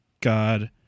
God